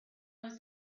was